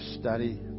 study